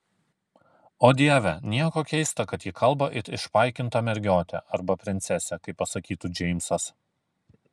o dieve nieko keista kad ji kalba it išpaikinta mergiotė arba princesė kaip pasakytų džeimsas